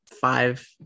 five